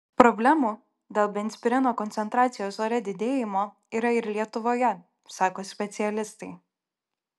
problemų dėl benzpireno koncentracijos ore didėjimo yra ir lietuvoje sako specialistai